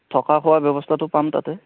থকা খোৱাৰ ব্যৱস্থাটো পাম তাতে